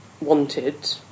wanted